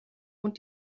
und